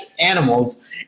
animals